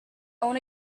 own